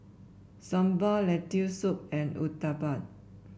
Sambar Lentil Soup and Uthapam